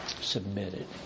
Submitted